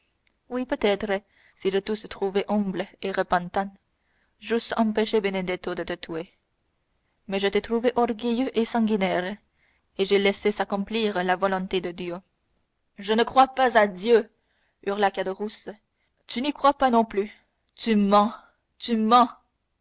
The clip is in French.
oui peut-être si je t'eusse trouvé humble et repentant j'eusse empêché benedetto de te tuer mais je t'ai trouvé orgueilleux et sanguinaire et j'ai laissé s'accomplir la volonté de dieu je ne crois pas à dieu hurla caderousse tu n'y crois pas non plus tu mens tu mens